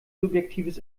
subjektives